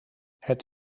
het